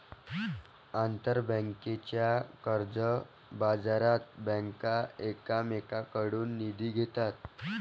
आंतरबँकेच्या कर्जबाजारात बँका एकमेकांकडून निधी घेतात